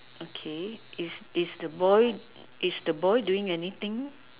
okay is is the boy is the boy doing anything